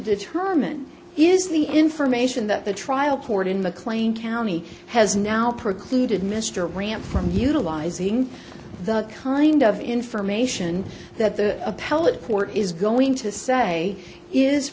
determine is the information that the trial court in mclean county has now precluded mr grant from utilizing the kind of information that the appellate court is going to say is